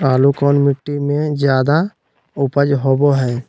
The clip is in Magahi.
आलू कौन मिट्टी में जादा ऊपज होबो हाय?